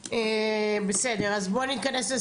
בסדר, אז בואו נסכם.